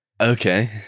Okay